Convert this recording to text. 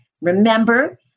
Remember